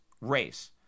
race